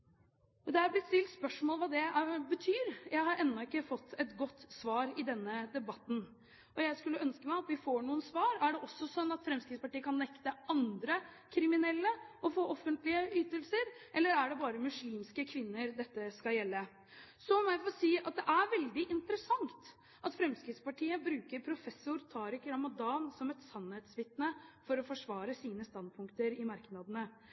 Det er blitt stilt spørsmål ved hva det betyr. Jeg har enda ikke fått et godt svar i denne debatten. Jeg skulle ønske at vi får noen svar. Er det også sånn at Fremskrittspartiet kan nekte andre kriminelle å få offentlige ytelser? Eller er det bare muslimske kvinner dette skal gjelde? Så må jeg få si at det er veldig interessant at Fremskrittpartiet bruker professor Tariq Ramadan som et sannhetsvitne for å forsvare sine standpunkter i merknadene.